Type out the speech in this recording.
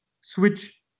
switch